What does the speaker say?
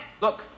Look